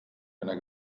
einer